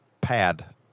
pad